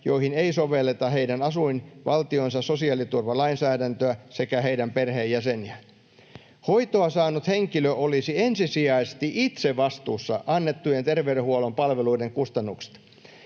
joihin ei sovelleta heidän asuinvaltionsa sosiaaliturvalainsäädäntöä, sekä heidän perheenjäseniään. Hoitoa saanut henkilö olisi ensisijaisesti itse vastuussa annettujen terveydenhuollon palveluiden kustannuksista.